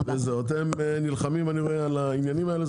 אני רואה שאתם נלחמים על העניינים האלה,